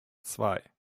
zwei